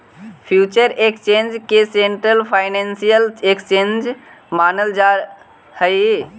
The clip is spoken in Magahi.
फ्यूचर एक्सचेंज के सेंट्रल फाइनेंसियल एक्सचेंज मानल जा हइ